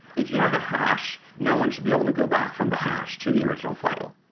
if you have a hash, no one should be able to go back from the hash to the original file.